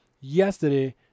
yesterday